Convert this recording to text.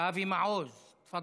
אבי מעוז, תפדל.